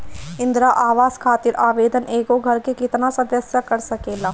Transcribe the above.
इंदिरा आवास खातिर आवेदन एगो घर के केतना सदस्य कर सकेला?